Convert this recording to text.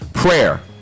prayer